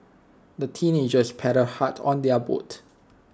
the teenagers paddled hard on their boat